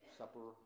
supper